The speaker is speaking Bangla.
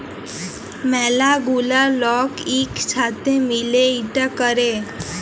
ম্যালা গুলা লক ইক সাথে মিলে ইটা ক্যরে